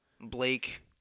Blake